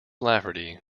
lafferty